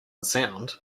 sound